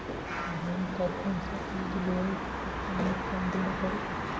धान का कौन सा बीज बोय की पानी कम देना परे?